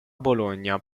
bologna